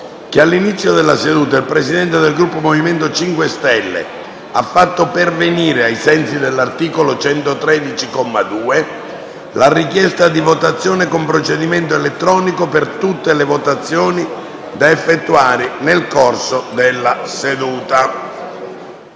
che all'inizio della seduta il Presidente del Gruppo MoVimento 5 Stelle ha fatto pervenire, ai sensi dell'articolo 113, comma 2, del Regolamento, la richiesta di votazione con procedimento elettronico per tutte le votazioni da effettuare nel corso della seduta.